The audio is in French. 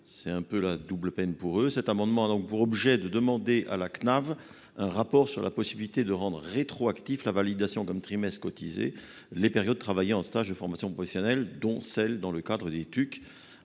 sorte la double peine. Cet amendement a donc pour objet de demander à la Cnav un rapport sur la possibilité de rendre rétroactive la validation comme trimestres cotisés des périodes travaillées en stage de formation professionnelle, dont celles qui le furent dans